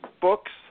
books